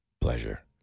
Pleasure